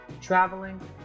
traveling